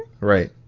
Right